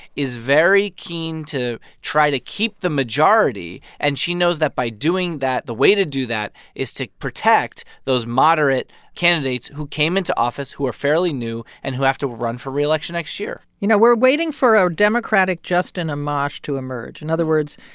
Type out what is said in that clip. is very keen to try to keep the majority. and she knows that by doing that the way to do that is to protect those moderate candidates who came into office, who are fairly new and who have to run for re-election next year you know, we're waiting for our democratic justin amash to emerge. in other words,